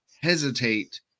hesitate